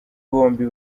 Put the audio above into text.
bombi